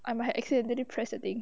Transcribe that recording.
I might accidentally press the thing